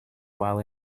while